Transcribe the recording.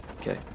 Okay